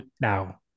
now